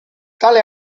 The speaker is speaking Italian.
tale